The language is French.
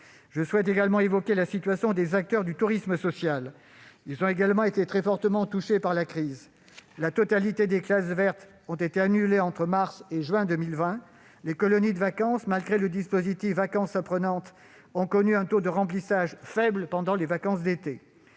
Je souhaite également évoquer la situation des acteurs du tourisme social. Ces derniers ont également été très fortement touchés par la crise. La totalité des classes vertes a été annulée entre mars et juin 2020. Les colonies de vacances, malgré le dispositif Vacances apprenantes, ont connu un taux de remplissage faible pendant les vacances d'été.